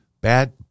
Bad